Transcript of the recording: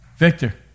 Victor